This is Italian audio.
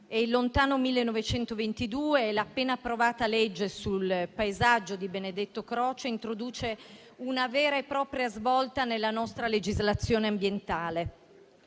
Era il lontano 1922 e l'appena approvata legge sul paesaggio di Benedetto Croce introduceva una vera e propria svolta nella nostra legislazione ambientale.